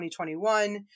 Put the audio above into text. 2021